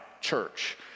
church